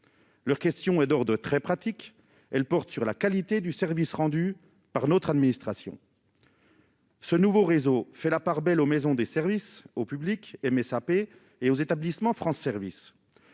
leurs questions et d'ordre très pratique, elle porte sur la qualité du service rendu, par notre administration ce nouveau réseau, fait la part belle aux maisons des services au public, M. SAP et aux établissements France service